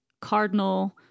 cardinal